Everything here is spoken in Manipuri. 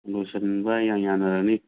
ꯂꯣꯏꯁꯟꯕ ꯌꯥꯅꯔꯅꯤ